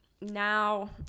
now